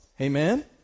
Amen